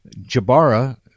Jabara